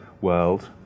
world